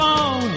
on